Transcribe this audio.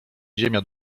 ziemia